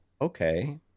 okay